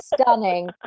stunning